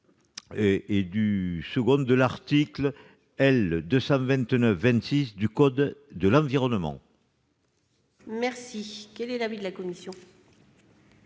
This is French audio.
3° du II de l'article L. 229-26 du code de l'environnement. Quel est l'avis de la commission ?